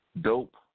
Dope